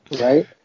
Right